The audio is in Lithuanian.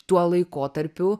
tuo laikotarpiu